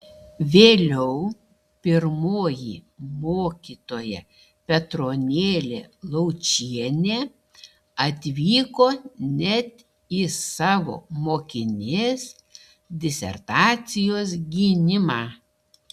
vėliau pirmoji mokytoja petronėlė laučienė atvyko net į savo mokinės disertacijos gynimą